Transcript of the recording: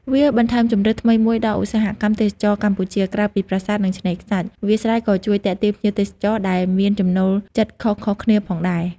វាបន្ថែមជម្រើសថ្មីមួយដល់ឧស្សាហកម្មទេសចរណ៍កម្ពុជា ក្រៅពីប្រាសាទ និងឆ្នេរខ្សាច់ វាលស្រែក៏ជួយទាក់ទាញភ្ញៀវទេសចរដែលមានចំណូលចិត្តខុសៗគ្នាផងដែរ ។